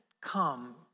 come